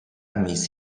mis